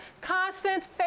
constant